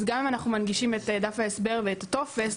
אז גם אם אנחנו מנגישים את דף ההסבר ואת הטופס,